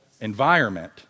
environment